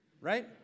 Right